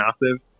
massive